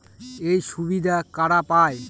এই সুবিধা কারা পায়?